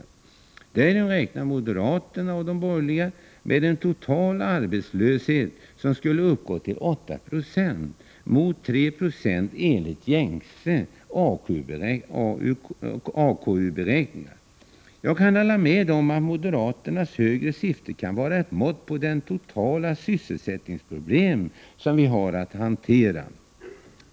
På det sättet räknar moderaterna med att den totala arbetslösheten skulle uppgå till 896 mot 396 enligt de gängse AKU-beräkningarna. Jag kan hålla med om att moderaternas högre siffra kan vara ett mått på det totala sysselsättningsproblem som vi har att hantera.